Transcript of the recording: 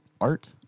art